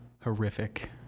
horrific